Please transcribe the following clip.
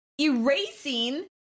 erasing